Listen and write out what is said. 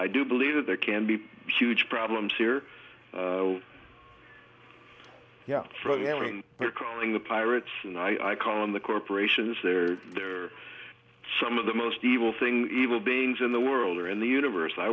i do believe that there can be huge problems here yeah they're calling the pirates and i call them the corporations they're they're some of the most evil thing evil beings in the world or in the universe i